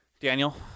Daniel